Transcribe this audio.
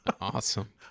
Awesome